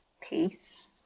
peace